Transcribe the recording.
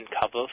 cover